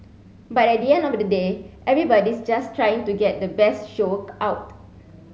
but at the end of the day everybody's just trying to get the best show out